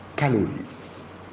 calories